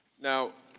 now,